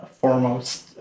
foremost